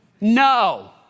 no